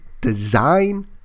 design